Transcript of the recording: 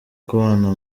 kubana